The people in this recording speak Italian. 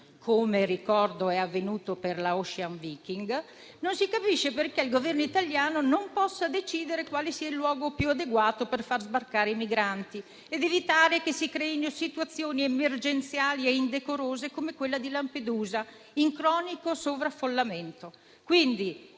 (come ricordo è avvenuto per la Ocean Viking), non si capisce perché il Governo italiano non possa decidere quale sia il luogo più adeguato per far sbarcare i migranti ed evitare che si creino situazioni emergenziali e indecorose come quella di Lampedusa, in cronico sovraffollamento.